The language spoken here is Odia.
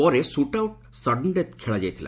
ପରେ ସୁଟ୍ଆଉଟ୍ ସଡନ୍ଡେଥ୍ ଖେଳାଯାଇଥିଲା